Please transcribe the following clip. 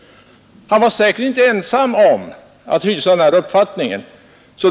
Han var säkert inte ensam om att hysa denna uppfattning.